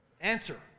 Answer